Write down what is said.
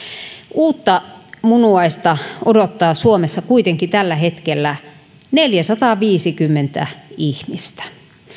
uutta munuaista odottaa suomessa kuitenkin tällä hetkellä neljäsataaviisikymmentä ihmistä